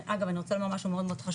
אגב אני רוצה לומר משהו חשוב,